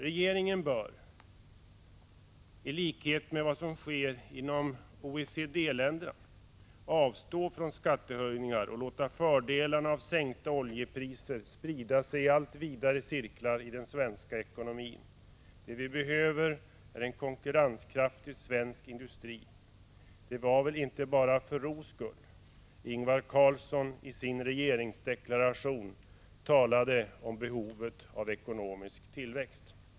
Regeringen bör, i likhet med övriga länder inom OECD, avstå från skattehöjningar och låta fördelarna av sänkta oljepriser sprida sig i allt vidare cirklar i den svenska ekonomin. Det vi behöver är en konkurrenskraftig svensk industri. Det var välinte bara för ro skull som Ingvar Carlsson i sin regeringsdeklaration talade om behovet av ekonomisk tillväxt.